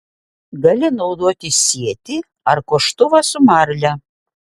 gali naudoti sietį ar koštuvą su marle